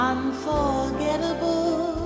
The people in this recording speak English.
Unforgettable